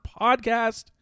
podcast